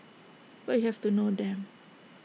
but you have to know them